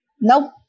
Nope